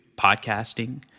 podcasting